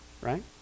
Right